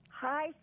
Hi